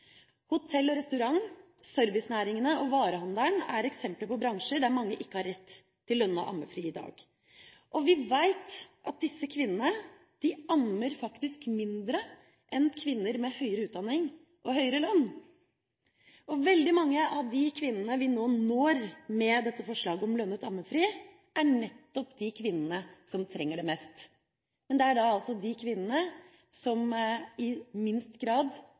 Hotell- og restaurantbransjen, servicenæringene og varehandelen er eksempler på bransjer der mange ikke har rett til lønnet ammefri i dag. Vi vet at disse kvinnene faktisk ammer mindre enn kvinner med høyere utdanning og høyere lønn. Veldig mange av de kvinnene vi nå når med dette forslaget om lønnet ammefri, er nettopp de kvinnene som trenger det mest, men det er altså disse kvinnene – og barna deres – som i minst grad